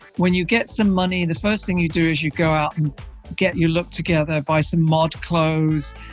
when you get some money, the first thing you do is you go out and get you look together, buy some large clothes.